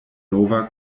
nova